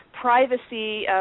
privacy